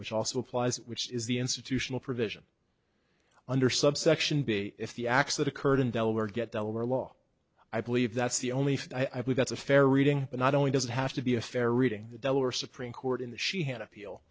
which also applies which is the institutional provision under subsection b if the acts that occurred in delaware get delaware law i believe that's the only if i believe that's a fair reading but not only does it have to be a fair reading the delaware supreme court in the she had appeal